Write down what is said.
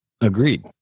Agreed